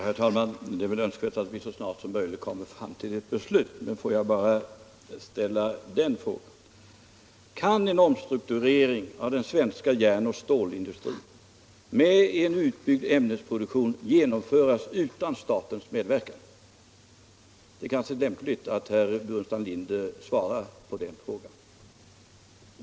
Herr talman! Det är väl önskvärt att vi så snart som möjligt kommer fram till ett beslut. Får jag bara ställa frågan: Kan en omstrukturering av den svenska järnoch stålindustrin med en utbyggnad av ämnesproduktionen genomföras utan statens medverkan? Det kanske är lämpligt att herr Burenstam Linder svarar på den frågan.